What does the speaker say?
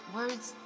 words